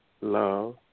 Love